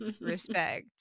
respect